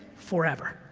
forever.